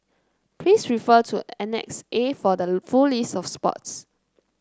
please refer to Annex A for the full list of sports